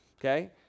okay